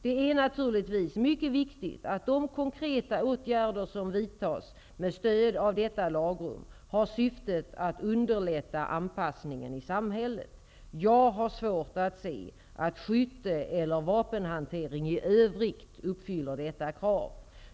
Det är naturligtvis mycket viktigt att de konkreta åtgärder som vidtas med stöd av detta lagrum har syftet att underlätta anpassningen i samhället. Jag har svårt att se att skytte eller vapenhantering i övrigt uppfyller detta krav.